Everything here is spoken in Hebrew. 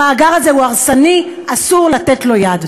המאגר הזה הוא הרסני, אסור לתת לו יד.